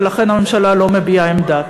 ולכן הממשלה לא מביעה עמדה.